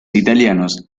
italianos